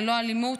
ללא אלימות